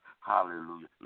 hallelujah